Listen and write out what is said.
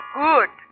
good